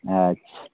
अच्छा